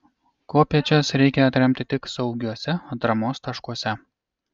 kopėčias reikia atremti tik saugiuose atramos taškuose